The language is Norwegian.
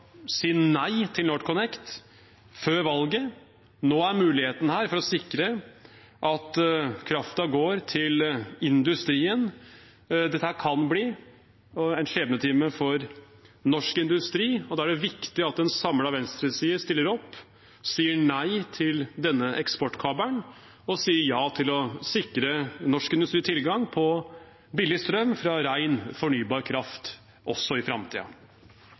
nei til NorthConnect før valget. Nå er muligheten her for å sikre at kraften går til industrien. Dette kan bli en skjebnetime for norsk industri, og da er det viktig at en samlet venstreside stiller opp, sier nei til denne eksportkabelen og sier ja til å sikre norsk industri tilgang på billig strøm fra ren fornybar kraft også i